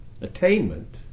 attainment